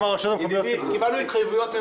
קיבלנו התחייבויות,